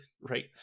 right